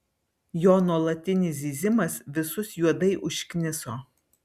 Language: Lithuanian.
jo nuolatinis zyzimas visus juodai užkniso